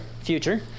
future